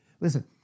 listen